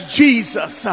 jesus